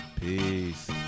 Peace